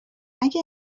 اگه